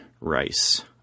Rice